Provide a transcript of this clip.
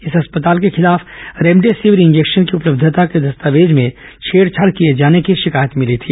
इस अस्पताल र्क खिलाफ रेमडेसिविर इंजेक्शन की उपलब्धता के दस्तावेज में छेड़छाड़ किए जाने की शिकायत मिली थी